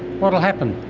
will happen?